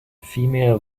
female